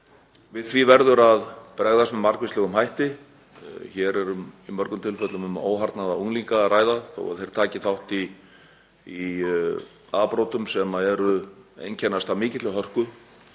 Við því verður að bregðast með margvíslegum hætti. Hér er í mörgum tilfellum um óharðnaða unglinga að ræða þótt þeir taki þátt í afbrotum sem einkennast af mikilli hörku